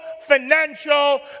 financial